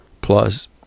plus